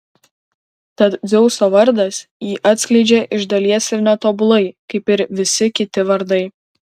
tad dzeuso vardas jį atskleidžia iš dalies ir netobulai kaip ir visi kiti vardai